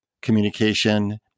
communication